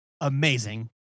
amazing